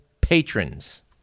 patrons